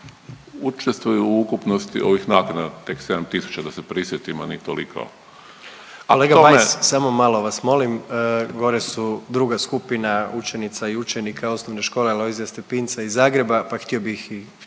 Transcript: učestvuju u ukupnosti ovih naknada, tek 7 tisuća, da se prisjetimo, ni toliko.